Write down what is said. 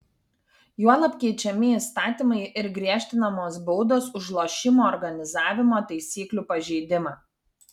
juolab keičiami įstatymai ir griežtinamos baudos už lošimo organizavimo taisyklių pažeidimą